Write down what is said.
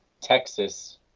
Texas